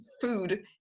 food